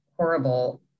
horrible